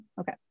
okay